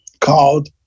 called